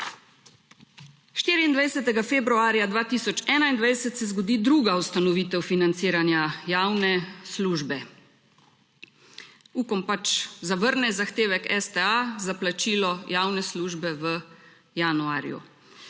24. februarja 2021 se zgodi druga ustanovitev financiranja javne službe. Ukom pač zavrne zahtevek STA za plačilo javne službe v januarju.